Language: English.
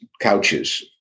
couches